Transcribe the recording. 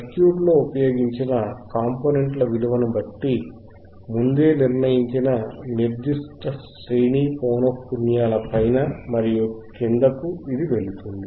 circuit లో ఉపయోగించిన కంపోనేంట్ల విలువను బట్టి ముందే నిర్ణయించిన నిర్దిష్ట శ్రేణిపౌనఃపున్యాల పైన మరియు క్రిందకు ఇది వెళుతుంది